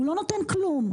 הוא לא נותן כלום.